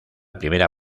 primera